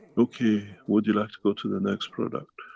okay. would you like to go to the next product?